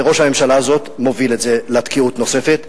וראש הממשלה הזאת מוביל את זה לתקיעות נוספת.